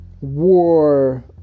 War